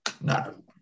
No